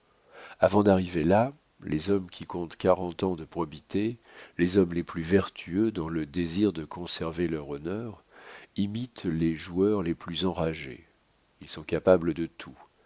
avant d'arriver là les hommes qui comptent quarante ans de probité les hommes les plus vertueux dans le désir de conserver leur honneur imitent les joueurs les plus enragés ils sont capables de tout